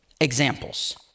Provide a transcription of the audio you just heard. examples